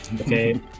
okay